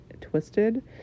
twisted